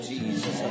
Jesus